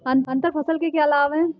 अंतर फसल के क्या लाभ हैं?